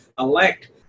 elect